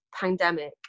pandemic